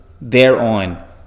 thereon